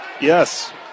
Yes